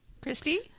Christy